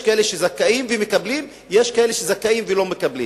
יש כאלה שזכאים ומקבלים ויש כאלה שזכאים ולא מקבלים?